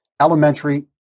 Elementary